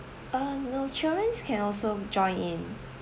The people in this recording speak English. uh no children can also join in